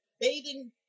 bathing